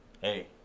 Hey